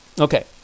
Okay